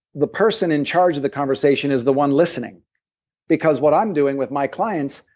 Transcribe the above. the person in charge of the conversation is the one listening because what i'm doing with my clients,